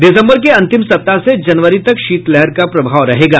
दिसंबर के अंतिम सप्ताह से जनवरी तक शीतलहर का प्रभाव रहेगा